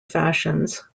fashions